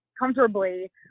Comfortably